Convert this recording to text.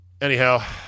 Anyhow